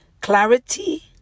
Clarity